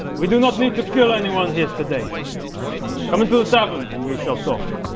we do not need to kill anyone here today come into the tavern and we shall talk.